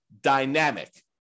dynamic